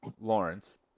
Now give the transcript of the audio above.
lawrence